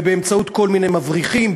ובאמצעות כל מיני מבריחים,